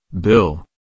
Bill